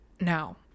Now